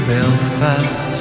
Belfast